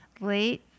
late